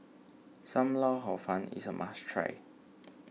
Sam Lau Hor Fun is a must try